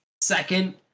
second